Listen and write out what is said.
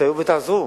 תסייעו ותעזרו.